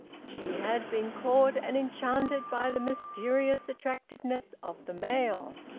she had been caught and enchanted by the mysterious attractiveness of the male.